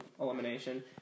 elimination